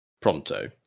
pronto